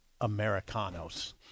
americanos